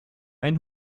ein